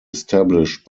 established